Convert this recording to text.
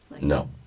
No